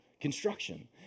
construction